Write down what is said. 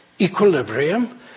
equilibrium